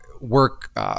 work